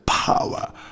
power